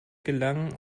gelangen